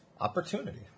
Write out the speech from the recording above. opportunity